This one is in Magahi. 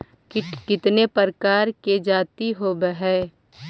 कीट कीतने प्रकार के जाती होबहय?